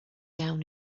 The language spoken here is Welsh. iawn